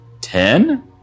ten